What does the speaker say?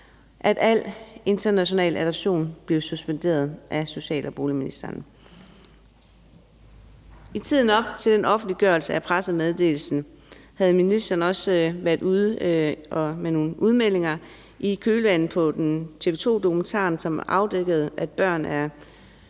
at al international adoption blev suspenderet af social- og boligministeren. I tiden op til den offentliggørelse af pressemeddelelsen havde ministeren også været ude med nogle udmeldinger i kølvandet på TV 2-dokumentaren, som afdækkede, at børn er